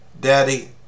Daddy